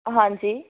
ਹਾਂਜੀ